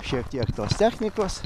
šiek tiek tos technikos